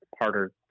harder